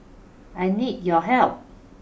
I need your help